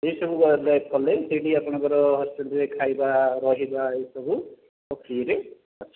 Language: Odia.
ଏସବୁ କଲେ ସେଇଠି ଆପଣଙ୍କର ହଷ୍ଟେଲ୍ରେ ଖାଇବା ରହିବା ଏସବୁ ସବୁ ଫ୍ରୀରେ ଅଛି